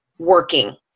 working